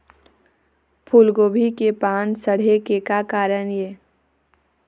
फूलगोभी के पान सड़े के का कारण ये?